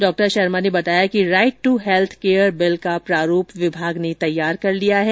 डॉ शर्मा ने बतााया कि right to health care bill का प्रारूप विभाग ने तैयार कर लिया है